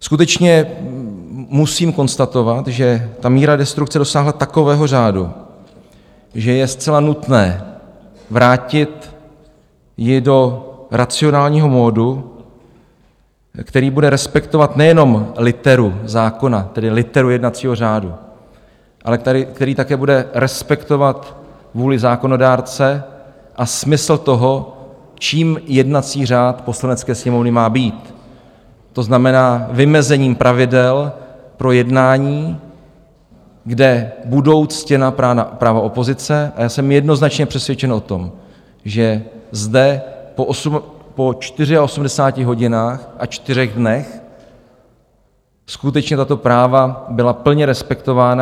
Skutečně musím konstatovat, že ta míra destrukce dosáhla takového řádu, že je zcela nutné vrátit ji do racionálního modu, který bude respektovat nejenom literu zákona, tedy literu jednacího řádu, ale který také bude respektovat vůli zákonodárce a smysl toho, čím jednací řád Poslanecké sněmovny má být, to znamená vymezením pravidel pro jednání, kde budou ctěna práva opozice, a já jsem jednoznačně přesvědčen o tom, že zde po 84 hodinách a čtyřech dnech skutečně tato práva byla plně respektována.